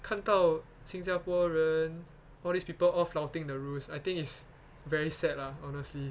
看到新加坡人 all these people all flouting the rules I think is very sad lah honestly